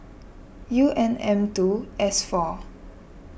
U N M two S four